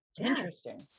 interesting